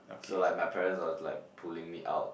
so like my parents was like pulling me out